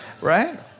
right